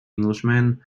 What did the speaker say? englishman